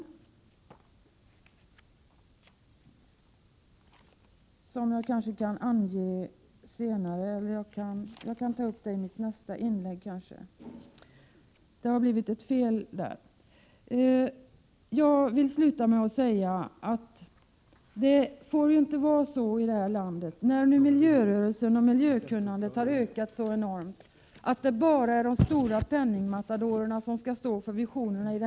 Eftersom det har blivit ett fel där, ber jag att få ta upp den i mitt nästa inlägg. Jag vill sluta med att säga att det inte får vara så i vårt land, när miljörörelsen och miljökunnandet har ökat så enormt, att det bara är de stora penningmatadorerna som skall stå för visionerna.